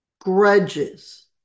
grudges